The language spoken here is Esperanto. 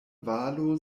valo